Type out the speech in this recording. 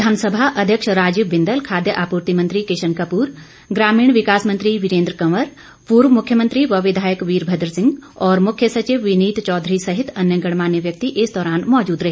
विधानसभा अध्यक्ष राजीव बिंदल खाद्य आपूर्ति मंत्री किशन कपूर ग्रामीण विकास मंत्री वीरेन्द्र कंवर पूर्व मुख्यमंत्री व विधायक वीरमद्र सिंह और मुख्य सचिव विनीत चौधरी सहित अन्य गणमान्य व्यक्ति इस दौरान मौजूद रहे